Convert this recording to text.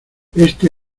este